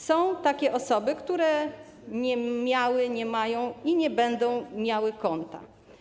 Są osoby, które nie miały, nie mają i nie będą miały konta.